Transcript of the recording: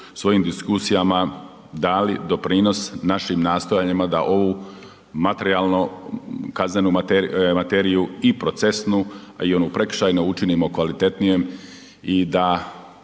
svojim diskusijama dali doprinos našim nastojanjima da ovu materijalno, kaznenu materiju i procesnu, a i onu prekršajnu učinimo kvalitetnijem i da,